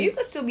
I wasn't